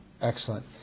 Excellent